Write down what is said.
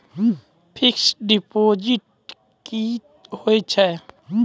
Fixed deposit की होय छै?